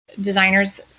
designers